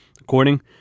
according